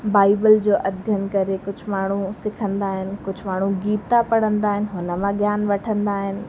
Bible जो अध्यन करे कुझु माण्हू उहो सिखंदा आहिनि कुझु माण्हू गीता पढ़ंदा आहिनि हुन मां ज्ञान वठंदा आहिनि